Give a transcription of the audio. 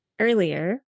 earlier